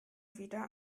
wieder